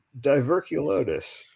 Diverculotus